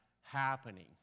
happening